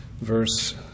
verse